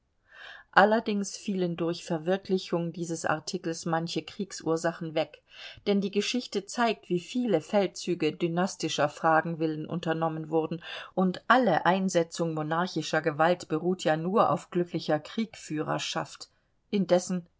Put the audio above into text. allerdings fielen durch verwirklichung dieses artikels manche kriegsursachen weg denn die geschichte zeigt wie viele feldzüge dynastischer fragen willen unternommen wurden und alle einsetzung monarchischer gewalt beruht ja nur auf glücklicher kriegführerschaft indessen